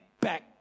back